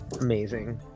Amazing